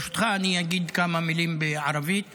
ברשותך, אני אגיד כמה מילים בערבית.